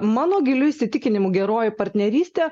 mano giliu įsitikinimu geroji partnerystė